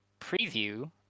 preview